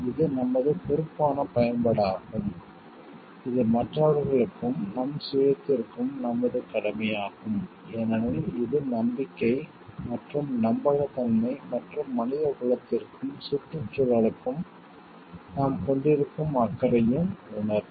இது நமது பொறுப்பான பயன்பாடாகும் இது மற்றவர்களுக்கும் நம் சுயத்திற்கும் நமது கடமையாகும் ஏனெனில் இது நம்பிக்கை மற்றும் நம்பகத்தன்மை மற்றும் மனிதகுலத்திற்கும் சுற்றுச்சூழலுக்கும் நாம் கொண்டிருக்கும் அக்கறையின் உணர்வு